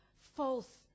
false